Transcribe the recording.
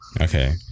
Okay